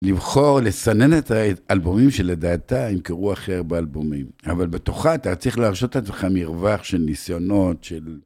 לבחור, לסנן את האלבומים שלדעתה ימכרו הכי הרבה אלבומים. אבל בתוכה אתה צריך להרשות לעצמך מרווח של ניסיונות, של...